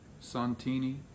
Santini